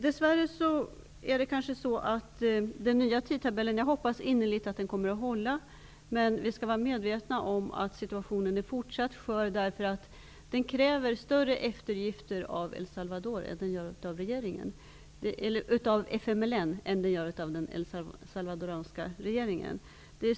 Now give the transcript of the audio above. Jag hoppas innerligt att den nya tidtabellen kommer att hålla. Men vi skall vara medvetna om att situationen är fortsatt skör. Det krävs större eftergifter av FMLN än av den salvadoranska regeringen.